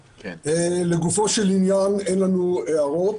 לגופו של עניין אין לנו הערות.